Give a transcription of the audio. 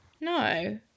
No